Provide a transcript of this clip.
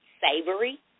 savory